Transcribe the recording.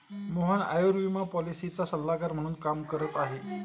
मोहन आयुर्विमा पॉलिसीचा सल्लागार म्हणून काम करत आहे